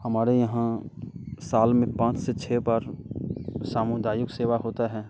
हमारे यहाँ साल में पाँच से छः बार सामुदायक सेवा होता है